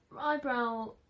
eyebrow